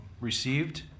received